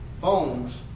phones